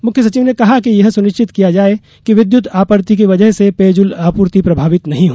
मुख्य सचिव ने कहा कि यह सुनिश्चित किया जाये कि विद्युत आपूर्ति की वजह से पेयजल आपूर्ति प्रभावित नहीं हो